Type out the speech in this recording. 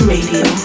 Radio